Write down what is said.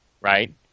right